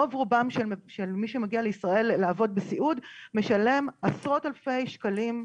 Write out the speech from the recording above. רוב רובם של מי שמגיע לישראל לעבוד בסיעוד משלם עשרות אלפי שקלים,